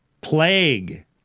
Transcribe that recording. plague